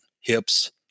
Hips